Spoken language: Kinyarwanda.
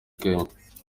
kenya